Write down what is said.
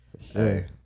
hey